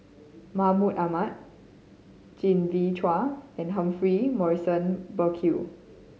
Mahmud Ahmad Genevieve Chua and Humphrey Morrison Burkill